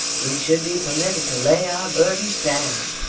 we should be permitted to lay our burdens down,